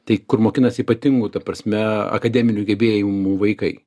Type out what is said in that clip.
tai kur mokinasi ypatingų ta prasme akademinių gebėjimų vaikai